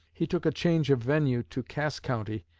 he took a change of venue to cass county,